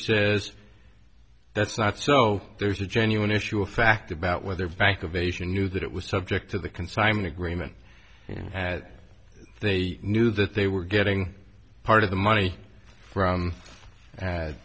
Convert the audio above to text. says that's not so there's a genuine issue of fact about whether bank of asia knew that it was subject to the consignment agreement at they knew that they were getting part of the money from